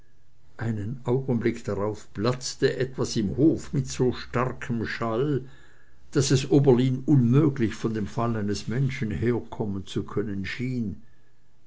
einen augenblick darauf platzte etwas im hof mit so starkem schall daß es oberlin unmöglich von dem fall eines menschen herkommen zu können schien